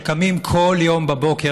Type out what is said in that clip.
שקמים כל יום בבוקר,